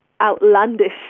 outlandish